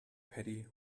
petty